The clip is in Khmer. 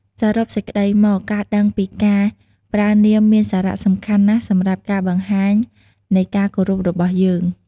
ព្រោះការហៅពាក្យ "តា ឬយាយ" មិនចាំបាច់ទាល់តែជាតាយាយបង្កើតទើបហៅបាននោះទេ គឺអាចប្រើបានជាមួយគ្រប់មនុស្សចាស់។